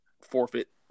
forfeit